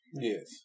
Yes